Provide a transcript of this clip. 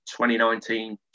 2019